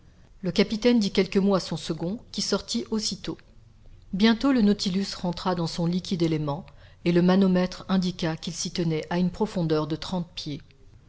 le capitaine dit quelques mots à son second qui sortit aussitôt bientôt le nautilus rentra dans son liquide élément et le manomètre indiqua qu'il s'y tenait à une profondeur de trente pieds